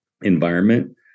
environment